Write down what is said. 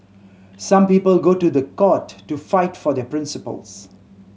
some people go to the court to fight for their principles